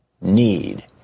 need